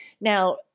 Now